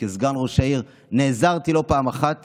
כסגן ראש העיר נעזרתי לא פעם אחת